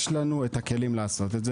יש לנו את הכלים לעשות את זה.